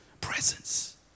Presence